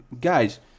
guys